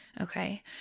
Okay